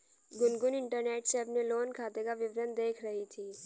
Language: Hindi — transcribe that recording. गुनगुन इंटरनेट से अपने लोन खाते का विवरण देख रही थी